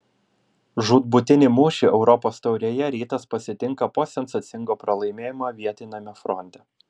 žūtbūtinį mūšį europos taurėje rytas pasitinka po sensacingo pralaimėjimo vietiniame fronte